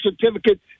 certificate